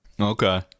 Okay